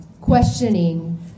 questioning